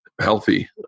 healthy